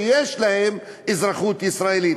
שיש להם אזרחות ישראלית.